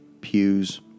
pews